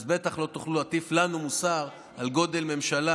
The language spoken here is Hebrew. אז בטח לא תוכלו להטיף לנו מוסר על גודל ממשלה